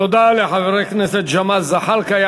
תודה לחבר הכנסת ג'מאל זחאלקה.